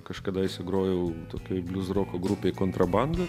kažkadaise grojau tokioj bliuzroko grupėj kontrabanda